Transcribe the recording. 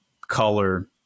color